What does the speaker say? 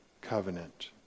covenant